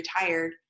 retired